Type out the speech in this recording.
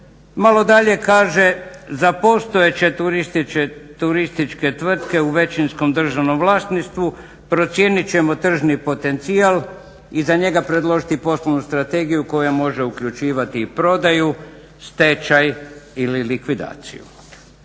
Malo dalje kaže, za postojeće turističke tvrtke u većinskom državnom vlasništvu procijenit ćemo tržni potencijal i za njega predložiti poslovnu strategiju koja može uključivati i prodaju, stečaj ili likvidaciju.